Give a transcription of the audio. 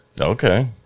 Okay